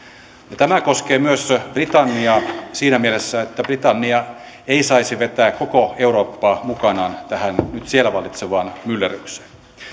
tämä koskee myös britanniaa siinä mielessä että britannia ei saisi vetää koko eurooppaa mukanaan tähän nyt siellä vallitsevaan myllerrykseen